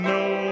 no